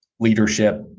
leadership